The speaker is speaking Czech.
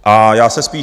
A já se spíš...